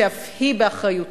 שאף היא באחריותך.